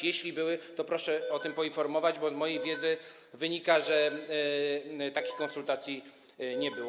Jeśli były, to proszę o tym poinformować, bo z mojej wiedzy wynika, że takich konsultacji nie było.